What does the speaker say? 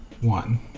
one